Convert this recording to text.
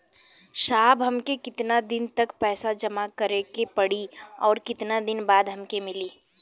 साहब हमके कितना दिन तक पैसा जमा करे के पड़ी और कितना दिन बाद हमके मिली?